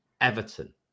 everton